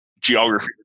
geography